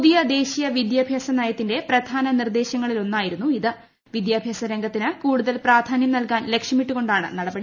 പുതിയ ദേശീയ വിദ്യാഭ്യാസ നയത്തിന്റെ പ്രധാന നിർദ്ദേശങ്ങളിലൊന്നായിരുന്നു ഇത്ട്ട് പ്പീദ്യാഭ്യാസ രംഗത്തിന് കൂടുതൽ പ്രാധാന്യം നല്കാൻ പ്ലൂക്ഷ്യമിട്ടുകൊണ്ടാണ് നടപടി